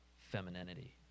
femininity